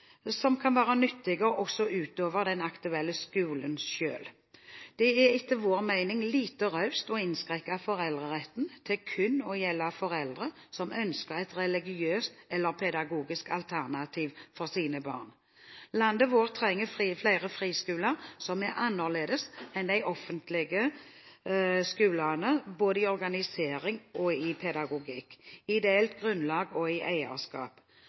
som kan være nyttige også utover den aktuelle skolen selv. Det er etter vår mening lite raust å innskrenke foreldreretten til kun å gjelde foreldre som ønsker et religiøst eller pedagogisk alternativ for sine barn. Landet vårt trenger flere friskoler som er annerledes enn de offentlige skolene både i organisering, pedagogikk, ideelt grunnlag og eierskap. Samfunnet vårt og demokratiet trenger et mangfold av tilbud i